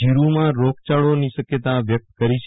જીરુંમાં રોગચાળા ની શક્યતા વ્યક્ત કરી છે